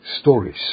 stories